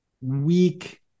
weak